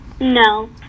No